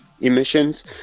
emissions